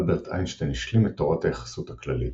אלברט איינשטיין השלים את תורת היחסות הכללית,